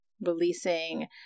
releasing